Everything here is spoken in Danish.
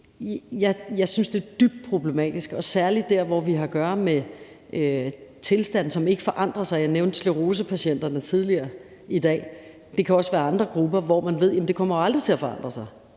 jeg synes, det er dybt problematisk, særlig der, hvor vi har at gøre med tilstande, som ikke forandrer sig. Jeg nævnte sklerosepatienterne tidligere i dag. Det kan også være andre grupper, hvor man ved, at det jo aldrig kommer til at forandre sig.